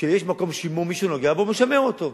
כשיש מקום לשימור, מי שנוגע בו, משמר אותו.